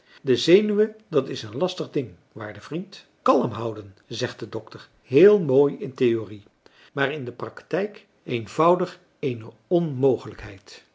de zenuwen dat is een lastig ding waarde vriend kalm houden zegt de dokter heel mooi in theorie maar in de practijk eenvoudig eene onmogelijkheid